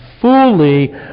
fully